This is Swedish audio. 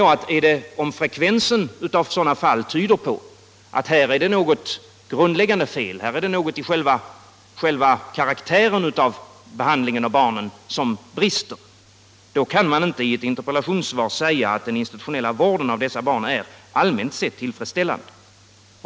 Om frekvensen av sådana fall tyder på att här är det något grundläggande fel, här är det något i själva karaktären hos behandlingen av barnen som brister, då kan man inte i ett interpellationssvar säga att den institutionella vården av dessa barn är allmänt sett tillfredsställande.